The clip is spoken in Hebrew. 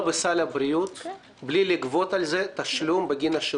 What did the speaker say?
לאשפוזים וכל מה שהוא בתוך הסל ומסבסד אם זה פעילות אחרת.